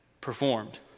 performed